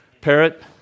parrot